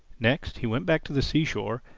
next he went back to the seashore,